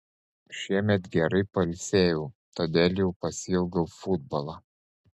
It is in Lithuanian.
šiemet gerai pailsėjau todėl jau pasiilgau futbolo